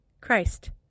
Christ